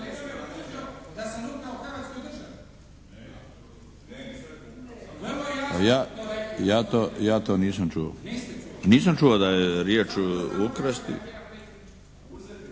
Ja to nisam čuo. Nisam čuo da je riječ ukrasti.